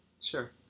sure